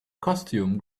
costume